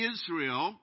Israel